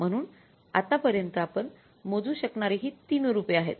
म्हणून आतापर्यंत आपण मोजू शकणारी ही 3 रूपे आहेत